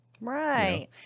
Right